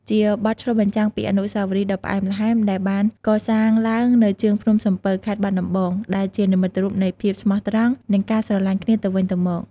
ជាបទឆ្លុះបញ្ចាំងពីអនុស្សាវរីយ៍ដ៏ផ្អែមល្ហែមដែលបានកសាងឡើងនៅជើងភ្នំសំពៅ ខេត្តបាត់ដំបង ដែលជានិមិត្តរូបនៃភាពស្មោះត្រង់ និងការស្រឡាញ់គ្នាទៅវិញទៅមក។